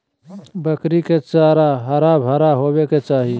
बकरी के चारा हरा भरा होबय के चाही